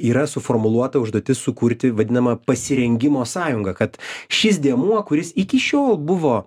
yra suformuluota užduotis sukurti vadinamą pasirengimo sąjungą kad šis dėmuo kuris iki šiol buvo